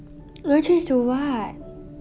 then change to what